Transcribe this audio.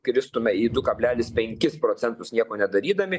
kristume į du kablelis penkis procentus nieko nedarydami